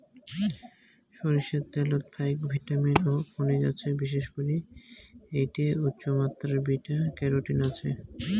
সইরষার ত্যালত ফাইক ভিটামিন ও খনিজ আছে, বিশেষ করি এ্যাইটে উচ্চমাত্রার বিটা ক্যারোটিন আছে